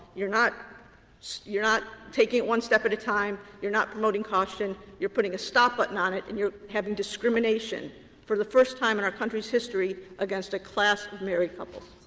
you're not so you're not taking it one step at a time, you're not promoting caution, you're putting a stop button on it, and you're having discrimination for the first time in our country's history against a class of married couples.